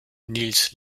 nils